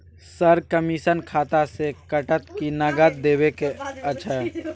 Sir, commission खाता से कटत कि नगद देबै के अएछ?